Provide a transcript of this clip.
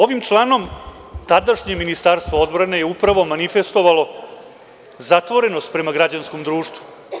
Ovim članom tadašnje Ministarstvo obrane je upravo manifestovalo zatvorenost prema građanskom društvu.